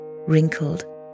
wrinkled